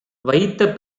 வைத்த